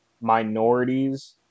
minorities